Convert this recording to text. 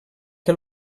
què